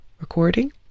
recording